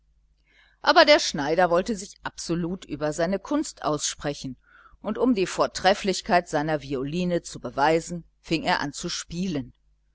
aber der schneider wollte sich absolut über seine kunst aussprechen und um die vortrefflichkeit seiner violine zu beweisen fing er an zu spielen